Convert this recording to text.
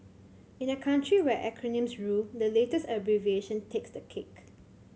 in a country where acronyms rule the latest abbreviation takes the cake